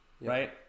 right